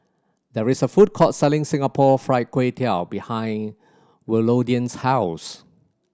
there is a food court selling Singapore Fried Kway Tiao behind Willodean's house